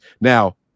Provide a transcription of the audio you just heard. Now